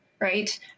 right